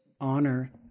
honor